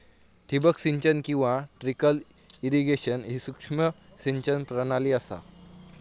ठिबक सिंचन किंवा ट्रिकल इरिगेशन ही सूक्ष्म सिंचन प्रणाली असा